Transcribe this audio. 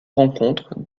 rencontres